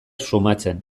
sumatzen